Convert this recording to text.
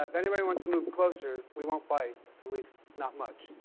anybody wants to move closer, we won't bite. at least, not much.